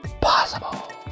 possible